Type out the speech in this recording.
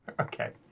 Okay